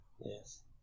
Yes